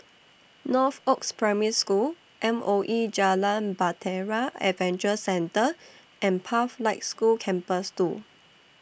Northoaks Primary School M O E Jalan Bahtera Adventure Centre and Pathlight School Campus two